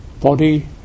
body